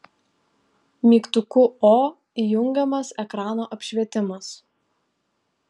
mygtuku o įjungiamas ekrano apšvietimas